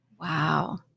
wow